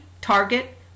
target